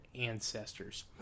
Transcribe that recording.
ancestors